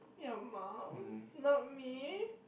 your mum not me